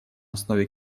основе